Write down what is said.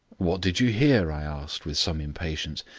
what did you hear? i asked, with some impatience.